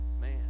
man